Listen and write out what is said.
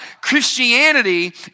Christianity